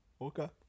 Okay